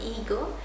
ego